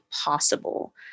possible